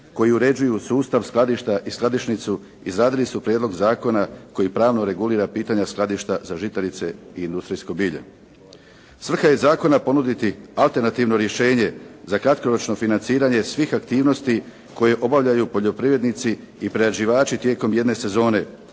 koji uređuju sustav skladišta i skladišnicu izradili su prijedlog zakona koji pravno regulira pitanja skladišta za žitarice i industrijsko bilje. Svrha je zakona ponuditi alternativno rješenje za kratkoročno financiranje svih aktivnosti koje obavljaju poljoprivrednici i prerađivači tijekom jedne sezone